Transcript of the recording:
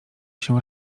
się